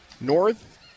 North